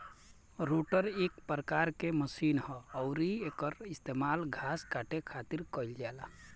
rotor एक प्रकार के मशीन ह अउरी एकर इस्तेमाल घास काटे खातिर कईल जाला